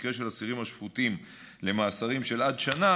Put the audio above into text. ובמקרה של אסירים השפוטים למאסרים של עד שנה